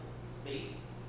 space